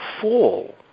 fall